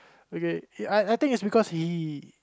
okay he I I think it's because he